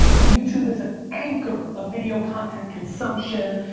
youtube is an anchor of video content consumption,